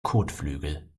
kotflügeln